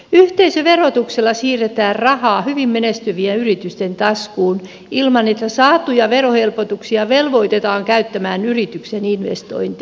yhteisöverotuksella siirretään rahaa hyvin menestyvien yritysten taskuun ilman että saatuja verohelpotuksia velvoitetaan käyttämään yrityksen investointeihin